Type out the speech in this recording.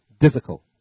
difficult